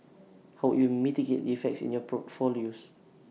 how would you mitigate effects in your portfolios